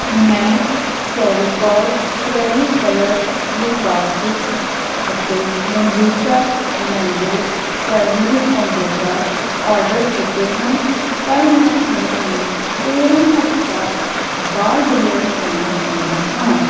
ਮੈਂ Fevicol acrylic colour lilac kit ਅਤੇ Bambucha mango turmeric kombucha order ਕੀਤੇ ਹਨ ਪਰ ਮੈਂ ਇਹਨਾਂ ਨੂੰ ਤੇਰਾਂ ਹਫ਼ਤਾ ਬਾਅਦ ਡਿਲੀਵਰ ਕਰਵਾਉਣਾ ਚਾਹੁੰਦਾ ਹਾਂ